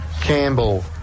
Campbell